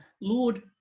Lord